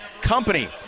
company